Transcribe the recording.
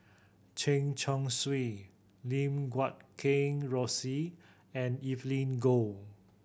Chen Chong Swee Lim Guat Kheng Rosie and Evelyn Goh